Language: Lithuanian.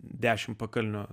dešimt pakalnio